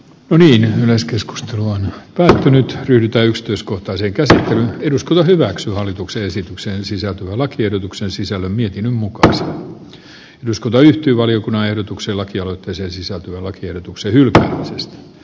yleinen yleiskeskustelu on kertynyt ryhdytä yksityiskohtaisen kesällä eduskunta hyväksyy hallituksen mutta minä sanon että ne ovat olleet semmoisia kunniakkaita kohtaamisia kun minä olen pedon tavannut